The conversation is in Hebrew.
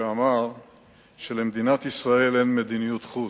שאמר שלמדינת ישראל אין מדיניות חוץ,